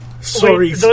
Sorry